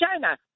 China